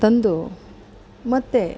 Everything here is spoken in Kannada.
ತಂದು ಮತ್ತು